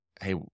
Hey